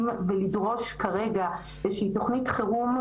ולדרוש כרגע איזו שהיא תכנית חירום.